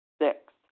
Six